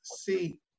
see